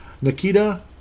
Nikita